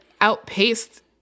outpaced